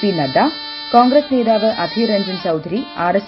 P Nadda Congress നേതാവ് Adhir Ranjan Chowdhury R ്എസ്